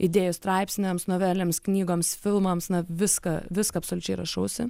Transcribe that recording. idėjų straipsniams novelėms knygoms filmams na viską viską absoliučiai rašausi